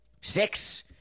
Six